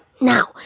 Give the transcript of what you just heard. now